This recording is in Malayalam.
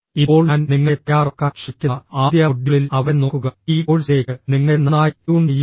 ഇപ്പോൾ ഞാൻ നിങ്ങളെ തയ്യാറാക്കാൻ ശ്രമിക്കുന്ന ആദ്യ മൊഡ്യൂളിൽ അവരെ നോക്കുക ഈ കോഴ്സിലേക്ക് നിങ്ങളെ നന്നായി ട്യൂൺ ചെയ്യുക